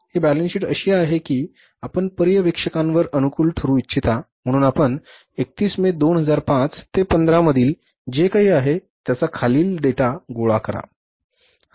ही balance sheet अशी आहे की आपण पर्यवेक्षकांवर अनुकूल ठरू इच्छिता म्हणून आपण 31 मे 2005 15 मधील जे काही आहे त्याचा खालील डेटा गोळा करा